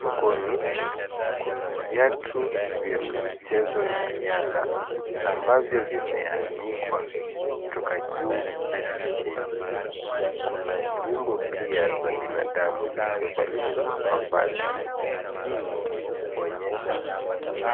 Sokoni kuna viatu vya michezo na riadha ambavyo vimeanikwa kutoka juu hadi chini. Kuna nyumbo pia za binadamu zilizovalishwa mavazi ili kuonyesha